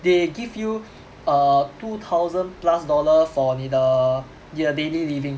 they give you err two thousand plus dollar for 你的你的 daily living